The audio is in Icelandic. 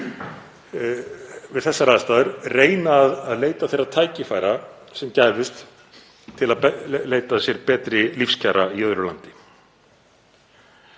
við þessar aðstæður að leita þeirra tækifæra sem gæfust til að leita betri lífskjara í öðru landi.